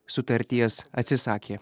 sutarties atsisakė